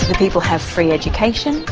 people have free education,